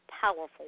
powerful